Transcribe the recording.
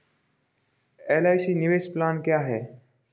LIC निवेश plan क्या है?